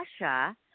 Russia